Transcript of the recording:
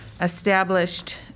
established